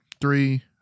three